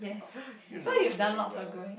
you know me very well